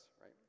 right